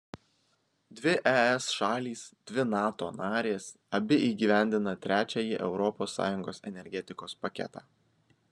dvi es šalys dvi nato narės abi įgyvendina trečiąjį europos sąjungos energetikos paketą